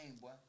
boy